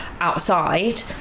outside